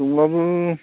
बुंब्लाबो